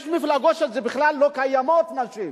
יש מפלגות שבכלל לא קיימות נשים,